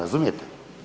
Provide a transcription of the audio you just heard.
Razumijete?